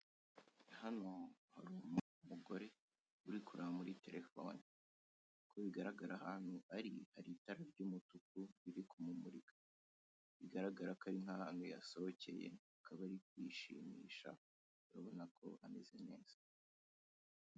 Hano hari umugore uri kureba muri terefone, uko bigaragara ahantu ari hari itara ry'umutuku riri kumumurika; bigaragara ko ari nk'ahantu yasohokeye akaba ari kwishimisha, urabona ko ameze neza!